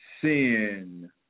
sin